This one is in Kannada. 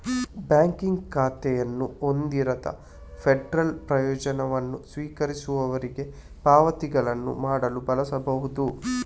ಬ್ಯಾಂಕ್ ಖಾತೆಯನ್ನು ಹೊಂದಿರದ ಫೆಡರಲ್ ಪ್ರಯೋಜನವನ್ನು ಸ್ವೀಕರಿಸುವವರಿಗೆ ಪಾವತಿಗಳನ್ನು ಮಾಡಲು ಬಳಸಬಹುದು